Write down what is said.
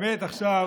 ובאמת עכשיו,